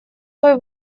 той